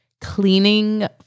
cleaning